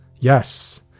Yes